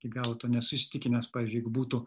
iki galo tuo nesu įsitikinęs pavyzdžiui jeigu būtų